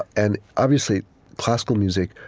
and obviously classical music,